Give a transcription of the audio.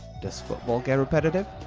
does football get repetitive?